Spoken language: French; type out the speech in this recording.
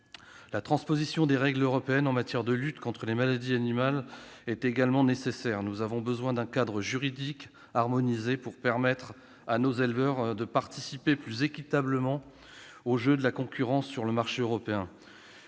La transposition des règles européennes en matière de lutte contre les maladies animales est également nécessaire. Nous avons besoin d'un cadre juridique harmonisé pour permettre à nos éleveurs de participer plus équitablement au jeu de la concurrence sur le marché européen.